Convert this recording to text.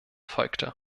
folgte